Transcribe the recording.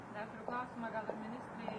dar turiu klausimą gal dar ministrei